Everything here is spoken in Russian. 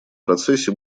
процессе